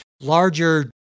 larger